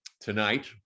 tonight